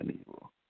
evil